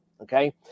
okay